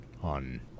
on